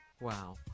Wow